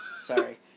Sorry